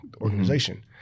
organization